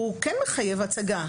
הוא כן מחייב הצגה.